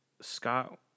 Scott